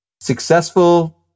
successful